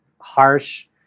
harsh